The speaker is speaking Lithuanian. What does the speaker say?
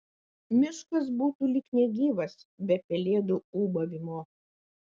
miškas būtų lyg negyvas be pelėdų ūbavimo